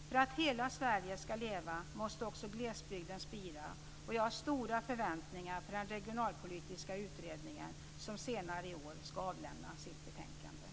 För att hela Sverige ska leva måste också glesbygden spira, och jag har stora förväntningar på den regionalpolitiska utredningen som senare i år ska avlämna sitt betänkande.